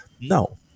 no